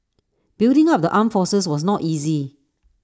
building up the armed forces was not easy